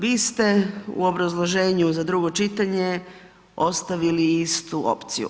Vi ste u obrazloženju za drugo čitanje ostavili istu opciju.